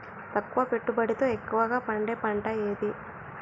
తక్కువ పెట్టుబడితో ఎక్కువగా పండే పంట ఏది?